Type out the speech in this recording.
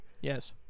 Yes